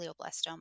glioblastoma